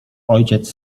ojciec